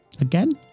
Again